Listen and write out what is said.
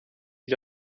gli